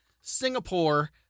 Singapore